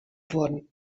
wurden